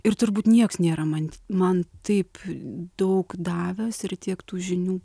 ir turbūt nieks nėra man man taip daug davęs ir tiek tų žinių